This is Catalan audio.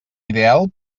ideal